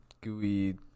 gooey